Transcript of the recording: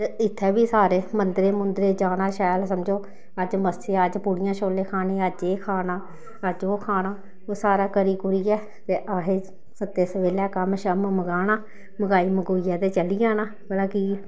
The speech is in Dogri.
ते इत्थै बी सारे मंदरें मुंदरें जाना शैल समझो अज्ज मस्सेआ अज्ज पूड़ियां शोले खाने अज्ज एह् खाना अज्ज ओह् खाना ओह् सारा करी कुरियै ते असें सत्ते सबेल्लै कम्म शम्म मकाना मकाई मकूइयै ते चली जाना भला कि